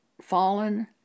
Fallen